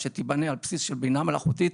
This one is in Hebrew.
שתיבנה על בסיס בינה מלאכותית,